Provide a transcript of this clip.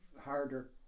harder